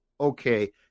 okay